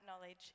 knowledge